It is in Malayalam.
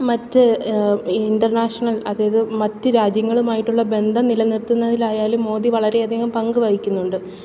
മറ്റ് ഇന്റർനാഷണൽ അതായത് മറ്റ് രാജ്യങ്ങളുമായിട്ടുള്ള ബന്ധം നിലനിർത്തുന്നതിലായാലും മോദി വളരെയധികം പങ്ക് വഹിക്കുന്നുണ്ട്